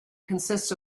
consists